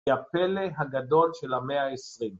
היא הפלא הגדול של המאה ה-20